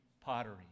pottery